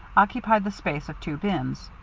occupied the space of two bins.